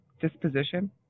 disposition